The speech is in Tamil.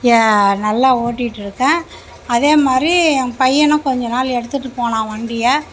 நல்லா ஓட்டிகிட்டு இருக்கேன் அதேமாதிரி என் பையனும் கொஞ்சம் நாள் எடுத்துட்டுப் போனான் வண்டியை